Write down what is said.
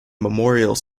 memorials